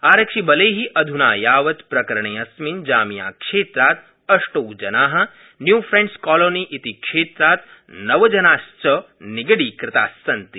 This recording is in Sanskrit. आरक्षिबलै अधुना यावत् प्रकरणे अस्मिन् जामियाक्षेत्रात् अष्टौ जना न्यू फ्रेंड्स कॉलोनी इति क्षेत्रात् नवजनाश्च निगडीकृतास्सन्ति